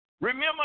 Remember